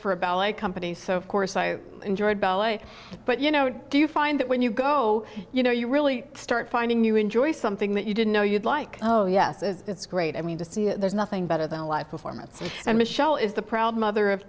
for a ballet company so course i enjoyed ballet but you know do you find that when you go you know you really start finding you enjoy something that you didn't know you'd like oh yes it's great i mean there's nothing better than a live performance and michelle is the problem other of